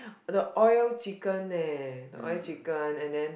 the oil chicken leh the oil chicken and then